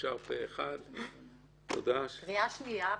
אושר פה אחד לקריאה שנייה ושלישית.